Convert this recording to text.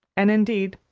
and, indeed,